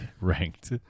ranked